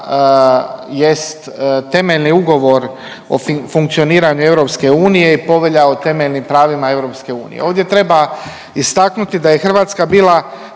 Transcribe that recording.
jest temeljni Ugovor o funkcioniranju EU i Povelja o temeljnim pravima EU. Ovdje treba istaknuti da je Hrvatska bila 3.